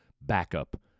backup